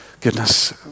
goodness